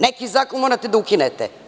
Neki zakon morate da ukinete.